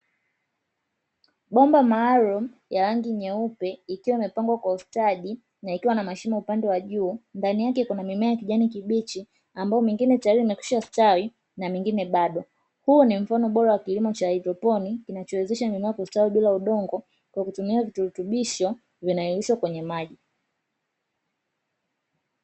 Bomba maalumu la rangi nyeupe likiwa limepangwa kwa ustadi na likiwa lina mashimo upande wa juu. Ndani yake kuna mimea ya kijani kibichi ambayo mingine tayari imekwisha kustawi na mingine bado. Huu ni mfano bora wa kilimo cha haidroponi, kinachowezesha mimea kustawi bila udongo kwa kutumia tu virutubisho vinavyoyeyushwa kwenye maji.